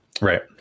Right